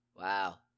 Wow